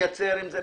לייצר עם זה,